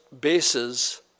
bases